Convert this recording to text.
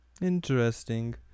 Interesting